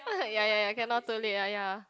then I was like ya ya ya cannot too late lah ya